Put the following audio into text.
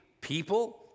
people